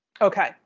okay